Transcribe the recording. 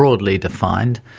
broadly defined,